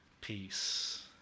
peace